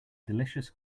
delicious